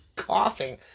Coughing